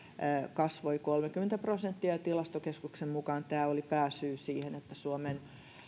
kasvoi kolmekymmentä prosenttia ja tilastokeskuksen mukaan tämä oli pääsyy siihen että suomen